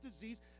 disease